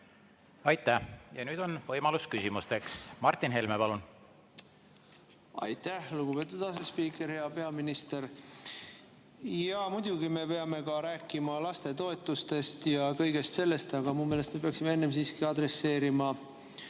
Aitäh! Nüüd on võimalus küsimusteks. Martin Helme, palun! Aitäh, lugupeetud asespiiker! Hea peaminister! Jaa, muidugi me peame ka rääkima lastetoetustest ja kõigest sellest, aga minu meelest me peaksime enne siiski adresseerima